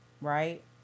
right